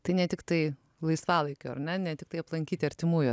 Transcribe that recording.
tai ne tiktai laisvalaikio ar ne ne tiktai aplankyti artimųjų